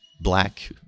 black